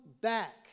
back